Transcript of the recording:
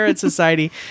society